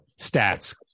stats